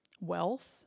wealth